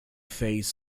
face